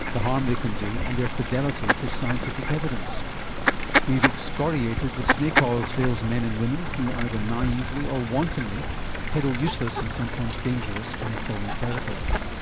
the harm they can do and their fidelity to scientific evidence we've excoriated the snake oil salesmen and women who either naively or wantonly peddle useless and sometimes dangerous unproven therapies.